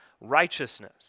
righteousness